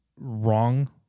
wrong